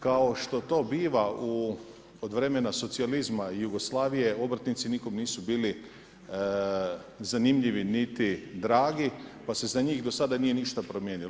Kao što to biva od vremena socijalizma i Jugoslavije obrtnici nikom nisu bili zanimljivi niti dragi pa se za njih do sada nije ništa promijenilo.